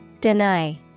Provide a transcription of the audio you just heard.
Deny